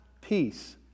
peace